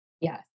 Yes